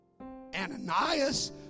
Ananias